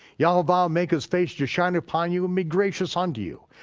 yehovah make his face to shine upon you and be gracious unto you.